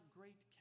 great